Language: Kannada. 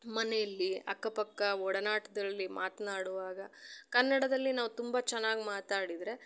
ಮನೆಯಲ್ಲಿ ಅಕ್ಕ ಪಕ್ಕ ಒಡನಾಟದಲ್ಲಿ ಮಾತನಾಡುವಾಗ ಕನ್ನಡದಲ್ಲಿ ನಾವು ತುಂಬ ಚೆನ್ನಾಗಿ ಮಾತಾಡಿದರೆ